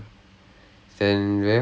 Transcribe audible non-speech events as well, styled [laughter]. [laughs]